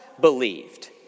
believed